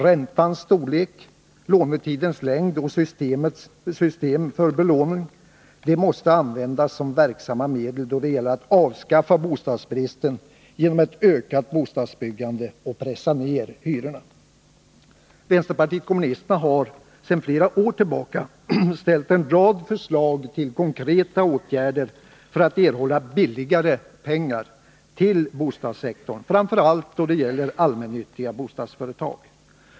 Räntans storlek, lånetidens längd och systemet för belåning måste användas som verksamma medel då det gäller att avskaffa bostadsbristen genom ett ökat bostadsbyggande och pressa ner hyrorna. Vänsterpartiet kommunisterna har sedan flera år tillbaka ställt en rad förslag till konkreta åtgärder för att erhålla ”billigare pengar” till bostadssektorn, framför allt då det gäller allmännyttiga bostadsföretag.